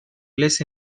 les